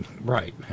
Right